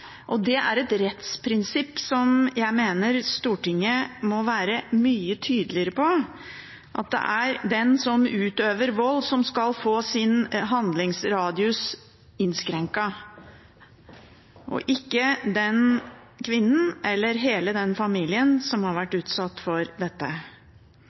vold. Det er et rettsprinsipp som jeg mener Stortinget må være mye tydeligere på, at det er den som utøver vold, som skal få sin handlingsradius innskrenket, ikke den kvinnen eller hele den familien som har vært utsatt for dette.